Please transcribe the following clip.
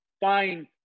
find